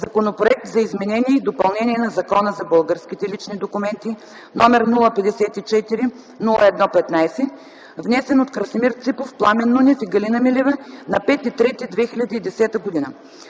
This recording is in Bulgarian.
Законопроект за изменение и допълнение на Закона за българските лични документи № 054-01-15, внесен от Красимир Ципов, Пламен Нунев и Галина Милева на 5 март 2010 г.